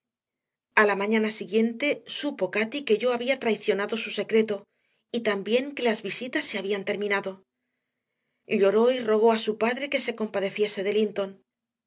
aparentó a la mañana siguiente supo cati que yo había traicionado su secreto y también que las visitas se habían terminado lloró y rogó a su padre que se compadeciese de linton